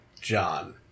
John